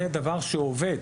זה דבר שעובד.